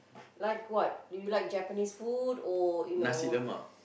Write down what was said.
like what do you like Japanese food or you know